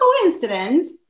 coincidence